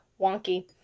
wonky